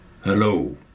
hello